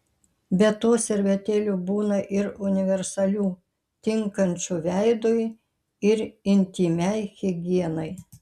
be to servetėlių būna ir universalių tinkančių ir veidui ir intymiai higienai